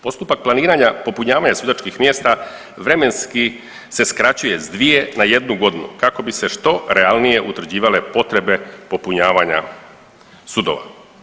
Postupak planiranja popunjavanja sudačkih mjesta vremenski se skraćuje s dvije na jednu godinu kako bi se što realnije utvrđivale potrebe popunjavanja sudova.